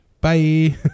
bye